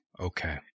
Okay